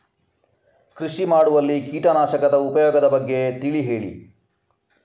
ಕೃಷಿ ಮಾಡುವಲ್ಲಿ ಕೀಟನಾಶಕದ ಉಪಯೋಗದ ಬಗ್ಗೆ ತಿಳಿ ಹೇಳಿ